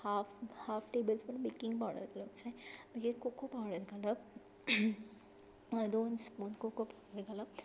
half half tablespoon baking powder घालूंक जाय मागीर कोको पावडर घालप दोन स्पून कोको पावडर घालप